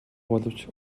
боловч